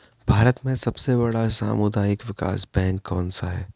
भारत में सबसे बड़ा सामुदायिक विकास बैंक कौनसा है?